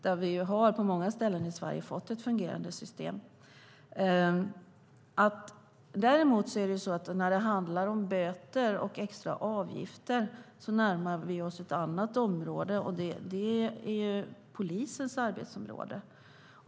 Där har vi på många ställen i Sverige fått ett fungerande system. När det däremot handlar om böter och extra avgifter närmar vi oss ett annat område. Det är polisens arbetsområde.